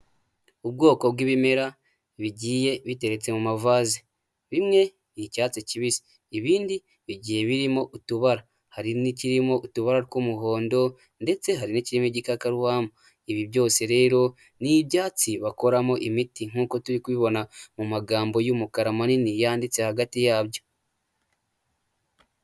Ubwoko bw'ibimera bigiye biteretse mu mavaze, bimwe ni icyatsi kibisi, ibindi igihe birimo utubara, hari n'irimo utubara tw'umuhondo, ndetse hari n'ikirimo igikakarubamba. Ibi byose rero n'ibyatsi bakoramo imiti nk'uko turi kubibona mu magambo y'umukara munini yanditse hagati yabyo.